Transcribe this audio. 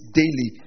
daily